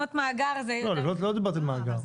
לבנות מאגר --- לא דיברתי על מאגר.